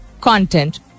content